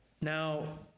Now